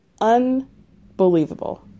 Unbelievable